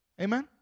Amen